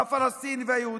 הפלסטיני והיהודי.